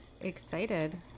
excited